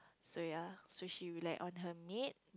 so ya so she rely on her maid